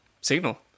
signal